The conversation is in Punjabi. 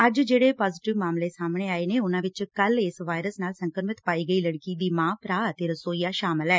ਅੱਜ ਜਿਹੜੇ ਪਾਜੀਟਿਵ ਮਾਮਲੇ ਸਾਹਮਣੇ ਆਏ ਨੇ ਉਨਾਂ ਵਿਚ ਕੱਲ ਇਸ ਵਾਇਰਸ ਨਾਲ ਸੰਕ੍ਮਿਤ ਪਾਈ ਗਈ ਲੜਕੀ ਦੀ ਮਾਂ ਭਰਾ ਅਤੇ ਰਸੋਈਆ ਸ਼ਾਮਲ ਨੇ